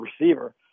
receiver